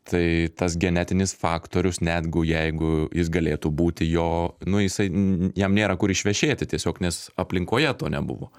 tai tas genetinis faktorius netgu jeigu jis galėtų būti jo nu jisai n jam nėra kur išvešėti tiesiog nes aplinkoje to nebuvo